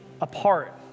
apart